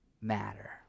matter